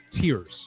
Tears